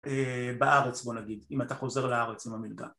בארץ בוא נגיד, אם אתה חוזר לארץ עם המלכה.